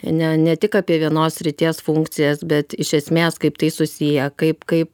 ne ne tik apie vienos srities funkcijas bet iš esmės kaip tai susiję kaip kaip